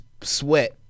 sweat